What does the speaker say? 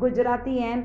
गुजराती आहिनि